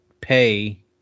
pay